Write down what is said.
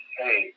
hey